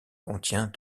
contient